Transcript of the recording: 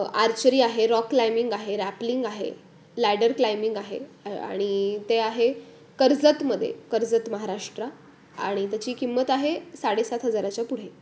archery आहे rock climbing आहे rappelling आहे लॅडर क्लाइम्बिंग आहे आणि ते आहे कर्जतमध्ये कर्जत महाराष्ट्र आणि त्याची किंमत आहे साडेसात हजाराच्या पुढे